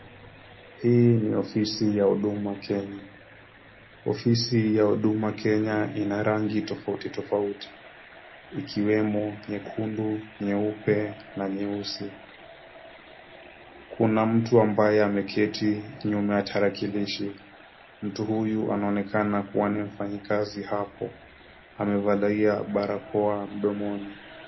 Hii ni ofisi ya Huduma Kenya. Ofisi ya Huduma Kenya ina rangi tofauti tofauti ikiwemo nyekundu, nyeupe na nyeusi. Kuna mtu ambaye ameketi nyuma ya tarakilishi. Mtu huyu anaonekana kuwa ni mfanyikazi hapo. Amevalia barakoa mdomoni.